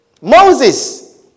Moses